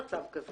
אין מצב כזה.